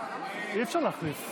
אי-אפשר להכניס.